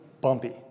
bumpy